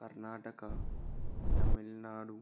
Karnataka Tamil Nadu